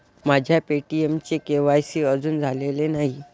माझ्या पे.टी.एमचे के.वाय.सी अजून झालेले नाही